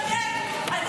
אני מסכימה איתך, מיקי.